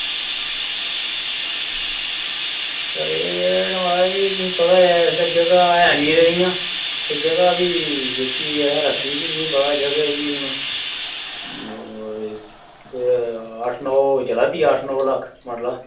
rate म्हाराज तुसेंगी पता गै इसलै जगह ऐ निं रेही दियां जगह भी असें जेह्की रक्खी तुसेंगी पता जगह जेह्की हून अट्ठ नौ लक्ख चला दी अट्ठ नौ लक्ख मड़ला